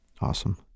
Awesome